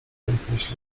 jesteś